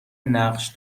نقش